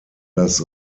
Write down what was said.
das